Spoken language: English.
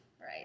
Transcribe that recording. right